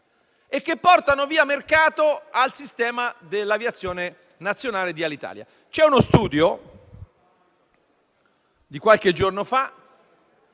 e che portano via mercato al sistema dell'aviazione nazionale di Alitalia. Secondo uno studio di qualche giorno fa,